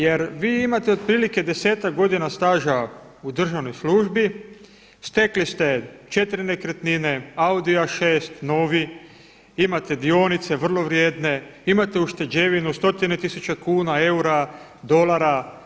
Jer vi imate otprilike 10-ak godina staža u državnoj službi, stekli ste 4 nekretnine, Audi A6 novi, imate dionice vrlo vrijedne, imate ušteđevinu, stotine tisuća kuna, eura, dolara.